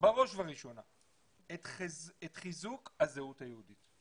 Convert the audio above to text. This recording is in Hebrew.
בראש ובראשונה את חיזוק הזהות היהודית.